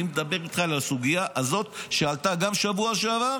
אני מדבר איתך על הסוגיה הזאת שעלתה גם בשבוע שעבר